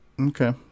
Okay